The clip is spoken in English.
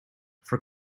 for